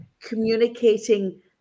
communicating